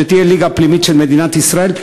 שתהיה ליגה פנימית של מדינת ישראל.